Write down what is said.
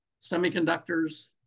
semiconductors